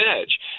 edge